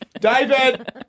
David